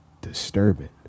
disturbing